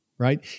Right